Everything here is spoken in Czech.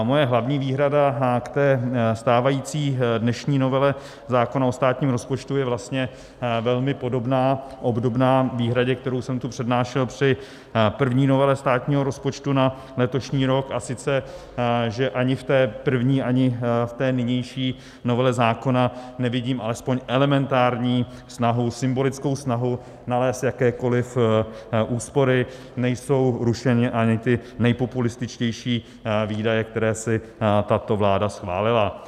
Moje hlavní výhrada k té stávající dnešní novele zákona o státním rozpočtu je vlastně velmi podobná, obdobná výhradě, kterou jsem tu přednášel při první novele státního rozpočtu na letošní rok, a sice že ani v té první, ani v té nynější novele zákona nevidím alespoň elementární snahu, symbolickou snahu nalézt jakékoliv úspory, nejsou rušeny ani ty nejpopulističtější výdaje, které si tato vláda schválila.